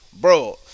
Bro